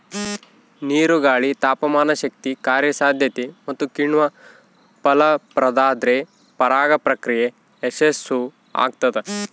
ನೀರು ಗಾಳಿ ತಾಪಮಾನಶಕ್ತಿ ಕಾರ್ಯಸಾಧ್ಯತೆ ಮತ್ತುಕಿಣ್ವ ಫಲಪ್ರದಾದ್ರೆ ಪರಾಗ ಪ್ರಕ್ರಿಯೆ ಯಶಸ್ಸುಆಗ್ತದ